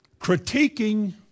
critiquing